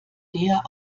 der